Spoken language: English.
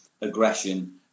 aggression